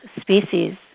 species